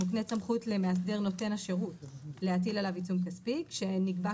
מוקנית סמכות למאסדר נותן השירות להטיל עליו עיצום כספי כשנקבע,